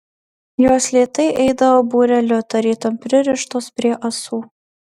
jos lėtai eidavo būreliu tarytum pririštos prie ąsų